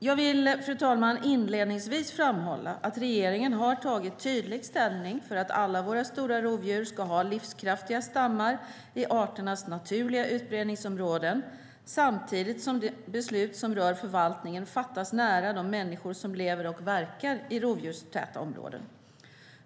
Jag vill inledningsvis framhålla att regeringen har tagit tydlig ställning för att alla våra stora rovdjur ska ha livskraftiga stammar i arternas naturliga utbredningsområden. Samtidigt ska beslut som rör förvaltningen fattas nära de människor som lever och verkar i rovdjurstäta områden.